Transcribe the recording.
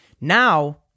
Now